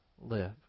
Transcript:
live